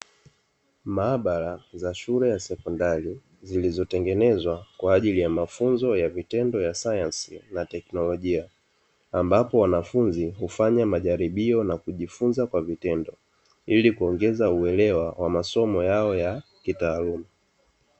Maabara za shule za sekondari zilizotengenezwa kwa ajili ya mafunzo ya vitendo ya sayansi na teknolojia, ambapo wanafunzi hufanya majaribio na kujifunza kwa vitendo, ili kuongeza uelewa wa masomo yao ya kitaaluma.